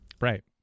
Right